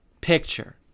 picture